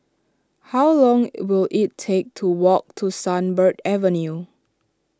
how long will it take to walk to Sunbird Avenue